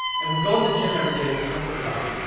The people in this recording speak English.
and we go to the gym every day but we don't go to god.